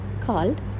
called